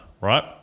right